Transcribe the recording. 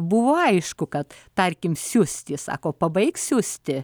buvo aišku kad tarkim siusti sako pabaigs siusti